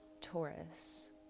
Taurus